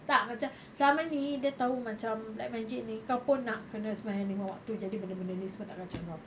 tak macam selama ni dia tahu macam black magic ni kau pun nak kena sembahyang lima waktu jadi benda-benda ni semua tak kacau kau